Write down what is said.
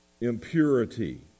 Impurity